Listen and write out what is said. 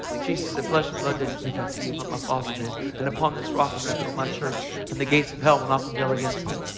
jesus said flesh and blood didn't give that to you, but my father did, and upon this rock i'm going to build my church and the gates of hell will not prevail against it.